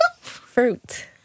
fruit